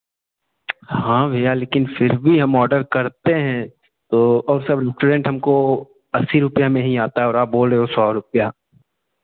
हाँ भैया लेकिन फिर भी हम ऑर्डर करते हैं तो और सब रुट्रेंट हमको अस्सी रुपये में ही आता है और आप बोल रहे हो सौ रुपये